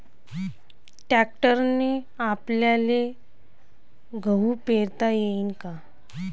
ट्रॅक्टरने आपल्याले गहू पेरता येईन का?